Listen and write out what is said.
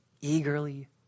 eagerly